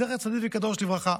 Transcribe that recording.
זכר צדיק וקדוש לברכה.